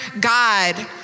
God